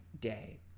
day